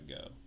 go